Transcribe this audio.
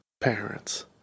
Parents